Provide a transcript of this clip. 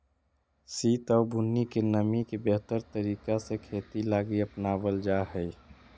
सित आउ बुन्नी के नमी के बेहतर तरीका से खेती लागी अपनाबल जा हई